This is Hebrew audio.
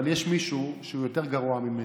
אבל יש מישהו שהוא יותר גרוע ממנו.